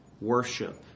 worship